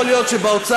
ולא יכול להיות שבאוצר,